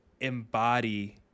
embody